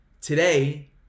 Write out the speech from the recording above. today